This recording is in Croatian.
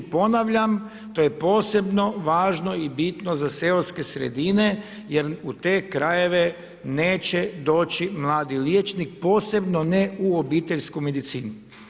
Ponavljam, to je posebno važno i bitno za seoske sredine jer u te krajeve neće doći mladi liječnik, posebno ne u obiteljsku medicinu.